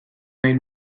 nahi